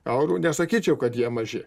eurų nesakyčiau kad jie maži